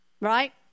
Right